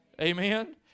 Amen